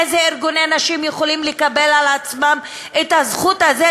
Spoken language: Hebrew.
איזה ארגוני נשים יכולים לקבל על עצמם את הזכות הזאת,